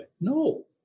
no